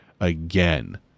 again